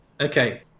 Okay